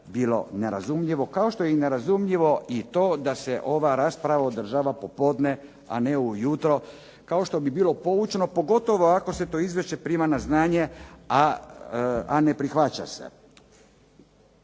bilo nerazumljivo, kao što je nerazumljivo i to da se ova rasprava održava popodne, a ne ujutro, kao što bi bilo poučno, pogotovo ako se to izvješće prima na znanje, a ne prihvaća se.